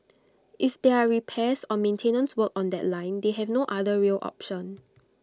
if there are repairs or maintenance work on that line they have no other rail option